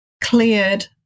cleared